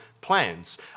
plans